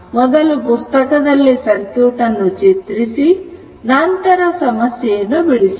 ಮೊದಲು ಪುಸ್ತಕದಲ್ಲಿ ಸರ್ಕ್ಯೂಟ್ ಅನ್ನು ಚಿತ್ರಿ ಸಿ ನಂತರ ಸಮಸ್ಯೆಯನ್ನು ಬಿಡಿಸೋಣ